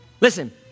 Listen